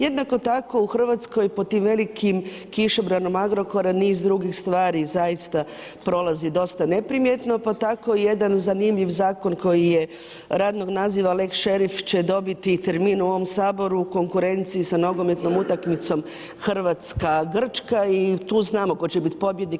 Jednako tako, u Hrvatskoj pod tim velikim kišobranom Agrokora niz drugih stvari zaista prolazi dosta neprimjetno, pa tak i jedan zanimljiv zakona koji je radnog naziva Lex Šerif će dobiti termin u ovom Saboru u konkurenciji sa nogometnom utakmicom Hrvatska-Grčka i tu znamo tko će biti pobjednik.